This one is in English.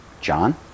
john